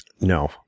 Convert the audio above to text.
No